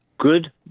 good